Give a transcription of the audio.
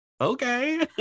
okay